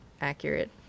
accurate